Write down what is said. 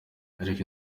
eric